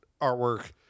artwork